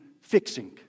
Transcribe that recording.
fixing